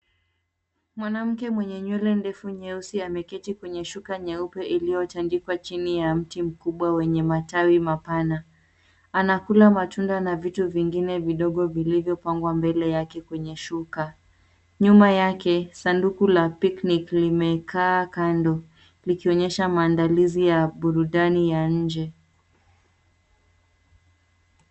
Mwanamke mwenye nywele ndefu nyeusi ameketi kwenye shuka nyeupe iliyotandikwa chini ya mti mkubwa wenye matawi mapana. Anakula matunda na vitu vingine vidogo vilivyopangwa mbele yake kwenye shuka. Nyuma yake sanduku la picnic limekaa kando likionyesha mandalizi ya burudani ya nje.